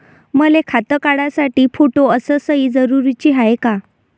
मले खातं काढासाठी फोटो अस सयी जरुरीची हाय का?